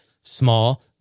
Small